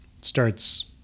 starts